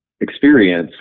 experience